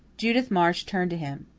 judith marsh turned to him.